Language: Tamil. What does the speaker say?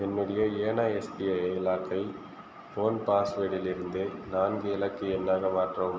என்னுடைய யேனா எஸ்பிஐ லாக்கை ஃபோன் பாஸ்வேடிலிருந்து நான்கு இலக்கு எண்ணாக மாற்றவும்